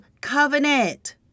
covenant